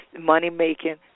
money-making